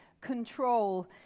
control